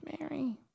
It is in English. Mary